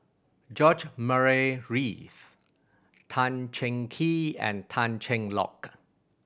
George Murray Reith Tan Cheng Kee and Tan Cheng Lock